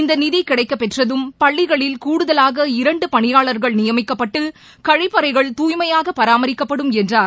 இந்த நிதி கிடைக்கப்பெற்றதும் பள்ளிகளில் கூடுதலாக இரண்டு பணியாளர்கள் நியமிக்கப்பட்டு கழிப்பறைகள் தூய்மையாக பராமரிக்கப்படும் என்றார்